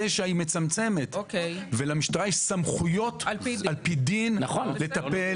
היא מצמצמת ולמשטרה יש סמכויות על פי דין לטפל